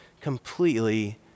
completely